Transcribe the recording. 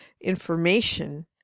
information